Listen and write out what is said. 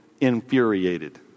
infuriated